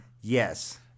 yes